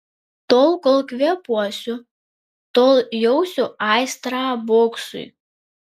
tol kol kvėpuosiu tol jausiu aistrą boksui